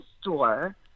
store